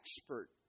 expert